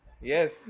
Yes